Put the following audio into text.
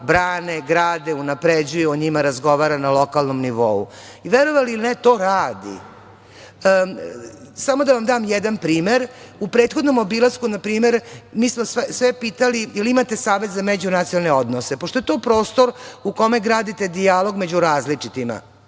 brane, grade, unapređuju, o njima razgovara na lokalnom nivou. Verovali ili ne, to radi. Samo da vam dam jedan primer. U prethodnom obilasku, na primer, mi smo sve pitali da li imaju savet za međunacionalne odnose, pošto je to prostor u kome gradite dijalog među različitima.